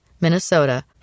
Minnesota